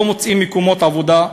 לא מוצאים מקומות עבודה.